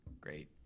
great